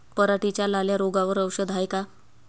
पराटीच्या लाल्या रोगावर औषध हाये का?